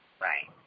Right